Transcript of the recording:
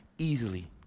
easily